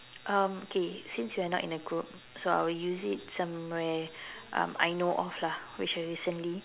um okay since we are not in the group so I will use it somewhere um I know of lah which is recently